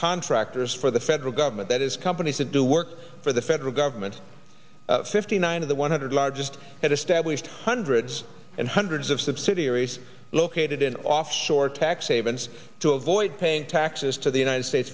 contractors for the federal government that is companies that do work for the federal government fifty nine of the one hundred largest has established hundreds and hundreds of subsidiaries located in offshore tax havens to avoid paying taxes to the united states